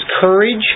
courage